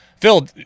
Phil